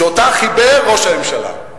שאותו חיבר ראש הממשלה: